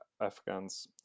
Afghans